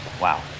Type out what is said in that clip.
Wow